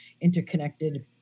interconnected